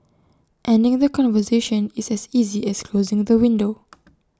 ending the conversation is as easy as closing the window